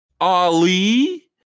Ali